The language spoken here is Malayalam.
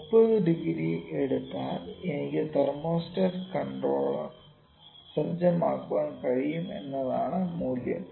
30 ഡിഗ്രി എടുത്താൽ എനിക്ക് തെർമോസ്റ്റാറ്റ് കൺട്രോളർ സജ്ജമാക്കാൻ കഴിയും എന്നതാണ് മൂല്യം